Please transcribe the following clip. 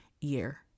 year